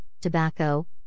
Tobacco